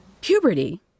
Puberty